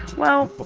well,